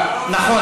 למה